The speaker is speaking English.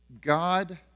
God